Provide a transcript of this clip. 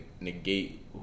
negate